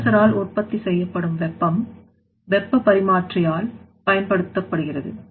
compressor ஆல் உற்பத்தி செய்யப்படும் வெப்பம் வெப்பப் பரிமாற்றி யால் பயன்படுத்தப்படுகிறது